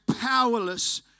powerless